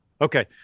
Okay